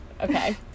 Okay